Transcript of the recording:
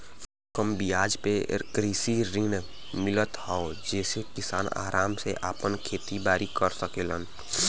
कम बियाज पे कृषि ऋण मिलत हौ जेसे किसान आराम से आपन खेती बारी कर सकेलन